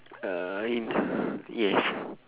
uh in yes